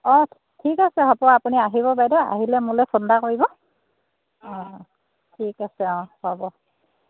অঁ ঠিক আছে হ'ব আপুনি আহিব বাইদেউ আহিলে মোলৈ ফোন এটা কৰিব অঁ ঠিক আছে অঁ হ'ব